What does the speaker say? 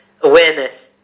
awareness